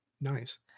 nice